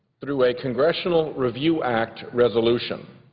put away congressional review act resolution.